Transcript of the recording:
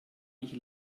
ich